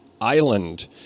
Island